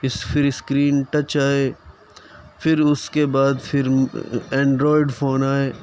اِس پھر screen touch آئے پھر اُس کے بعد پھر اینڈرائڈ فون آئے